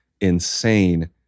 insane